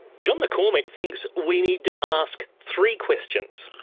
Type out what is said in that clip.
john mccormack thinks we need to ask three questions.